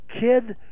kid